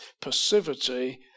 passivity